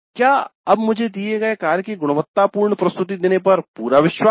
क्या अब मुझे दिए गए कार्य की गुणवत्तापूर्ण प्रस्तुति देने का पूरा विश्वास है